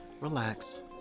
Relax